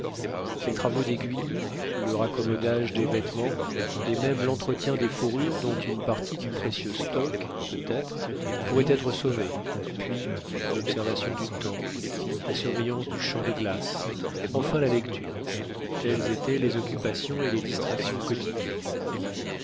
les travaux d'aiguille le raccommodage des vêtements et même l'entretien des fourrures dont une partie du précieux stock peut-être pourrait être sauvée puis l'observation du temps la surveillance du champ de glace enfin la lecture telles étaient les occupations et les distractions quotidiennes